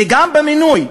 וגם במינוי,